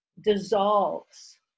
dissolves